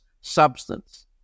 substance